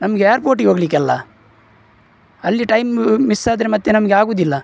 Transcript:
ನಮಗೆ ಯಾರ್ಪೊರ್ಟಿಗೆ ಹೋಗಲಿಕ್ಕೆ ಅಲ್ಲಾ ಅಲ್ಲಿ ಟೈಮ್ ಮಿಸ್ಸಾದ್ರೆ ಮತ್ತೇ ನಮಗೆ ಆಗೋದಿಲ್ಲ